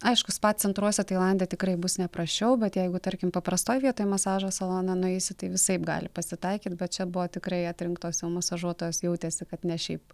aišku spa centruose tailande tikrai bus neprasčiau bet jeigu tarkim paprastoj vietoj į masažo saloną nueisi tai visaip gali pasitaikyt bet čia buvo tikrai atrinktos jau masažuotojos jautėsi kad ne šiaip